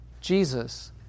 Jesus